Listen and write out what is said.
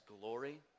glory